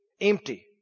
Empty